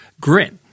Grit